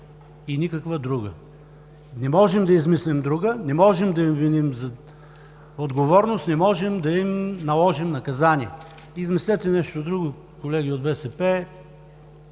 и никаква друга. Не можем да измислим друга, не можем да им вменим отговорност, не можем да им наложим наказание. Измислете нещо друго, колеги от БСП,